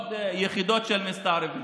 עוד יחידות של מסתערבים.